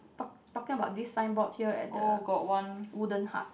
talked talking about this signboard here at the wooden hut